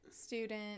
student –